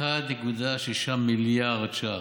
1.6 מיליארד שקלים.